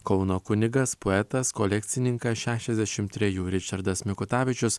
kauno kunigas poetas kolekcininkas šešiasdešim trejų ričardas mikutavičius